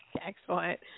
Excellent